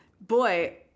boy